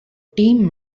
team